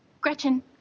Gretchen